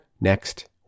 next